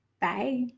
Bye